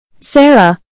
Sarah